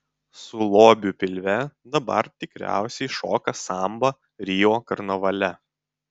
su lobiu pilve dabar tikriausiai šoka sambą rio karnavale